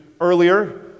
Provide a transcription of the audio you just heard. earlier